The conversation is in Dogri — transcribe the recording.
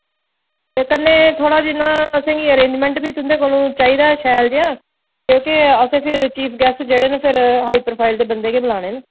ते कन्नै थोह्ड़ा जि'यां असें गी अरेंजमैंट बी तुं'दे कोला चाहिदा शैल जेहा क्योंकि असें जेह्ड़े चीफ गैस्ट जेह्ड़े न हाई प्रोफाइल दे बंदे गै बलाने न